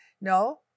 No